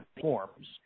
forms